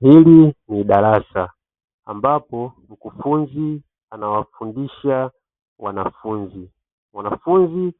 Hili ni darasa ambapo mkufunzi anawafundisha wanafunzi, wanafunzi